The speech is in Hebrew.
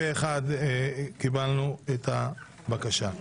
פה אחד קיבלנו את הבקשה.